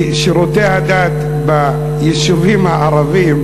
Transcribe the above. כי שירותי הדת ביישובים הערביים,